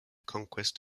conquest